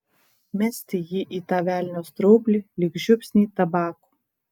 mesti jį į tą velnio straublį lyg žiupsnį tabako